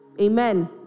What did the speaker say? Amen